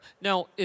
Now